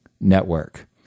network